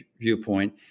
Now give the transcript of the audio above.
viewpoint